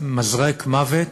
מזרק מוות